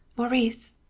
maurice!